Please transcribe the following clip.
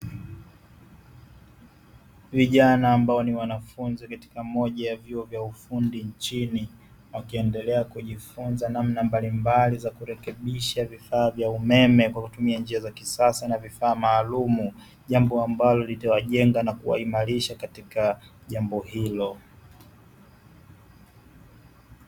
Vijana ambao ni wanafunzi katika moja ya vyuo vya ufundi nchini, wakiendelea kujifunza namna mbalimbali za kurekebisha vifaa vya umeme kwa kutumia njia za kisasa na vifaa maalumu, jambo ambalo litawajenga na kuwaimarisha katika jambo hilo.